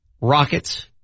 Rockets